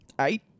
Eight